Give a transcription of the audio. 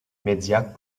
médias